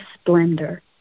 splendor